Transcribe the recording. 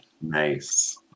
Nice